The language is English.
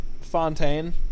fontaine